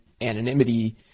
anonymity